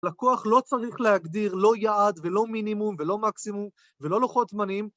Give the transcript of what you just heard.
לקוח לא צריך להגדיר, לא יעד ולא מינימום ולא מקסימום ולא לוחות זמנים.